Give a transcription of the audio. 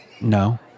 no